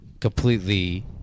completely